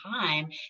time